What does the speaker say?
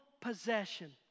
possession